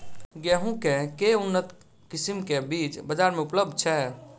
गेंहूँ केँ के उन्नत किसिम केँ बीज बजार मे उपलब्ध छैय?